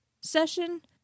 session